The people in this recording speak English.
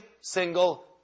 single